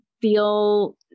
feel